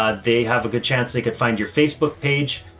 ah they have a good chance they could find your facebook page,